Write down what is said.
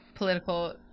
Political